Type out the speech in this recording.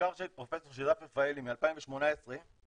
מחקר של פרופ' שיזף רפאלי מ-2018 הראה